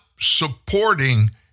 supporting